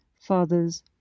fathers